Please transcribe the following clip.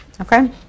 okay